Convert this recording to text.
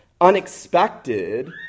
unexpected